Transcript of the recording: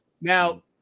now